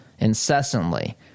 incessantly